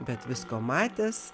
bet visko matęs